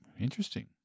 Interesting